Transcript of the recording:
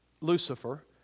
Lucifer